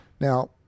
Now